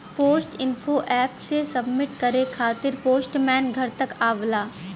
post info app से submit करे खातिर पोस्टमैन घर तक आवला